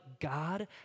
God